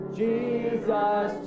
jesus